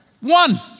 One